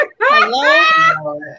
Hello